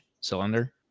cylinder